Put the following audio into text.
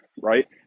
right